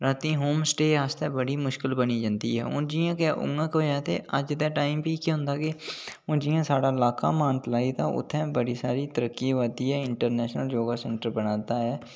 राती home stay आस्तै बड़ी मुश्कल बनी जंदी ऐ हून जि'यां के उ'आं कोई होऐ ते अज्ज दे टाइम के होंदा के हून जि'यां साढ़ा इलाका ऐ मानतलाई ते उत्थै बड़ी सारी तरक्की होआ दी इटरनैशनल योगा सैंटर बना'रदा ऐ